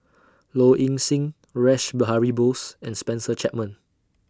Low Ing Sing Rash Behari Bose and Spencer Chapman